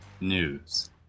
News